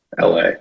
LA